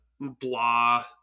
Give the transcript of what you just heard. blah